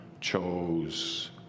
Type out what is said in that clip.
chose